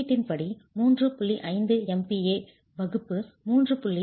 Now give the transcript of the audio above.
5 MPa வகுப்பு 3